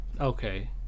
Okay